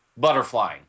butterflying